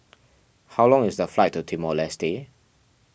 how long is the flight to Timor Leste